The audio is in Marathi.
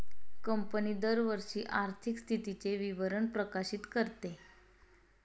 कंपनी दरवर्षी आर्थिक स्थितीचे विवरण प्रकाशित करते